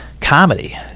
comedy